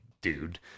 dude